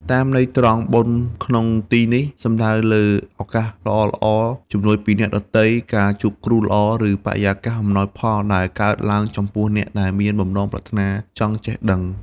តាមន័យត្រង់ "បុណ្យ" ក្នុងទីនេះ អាចសំដៅលើឱកាសល្អៗ ជំនួយពីអ្នកដទៃ ការជួបគ្រូល្អ ឬបរិយាកាសអំណោយផលដែលកើតឡើងចំពោះអ្នកដែលមានបំណងប្រាថ្នាចង់ចេះដឹង។